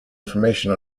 information